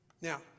Now